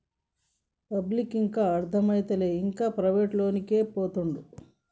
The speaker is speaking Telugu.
పబ్లిక్కు ఇంకా అర్థమైతలేదు, ఇంకా ప్రైవేటోనికాడికే పోతండు